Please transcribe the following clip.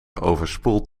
overspoeld